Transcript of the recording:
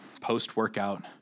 post-workout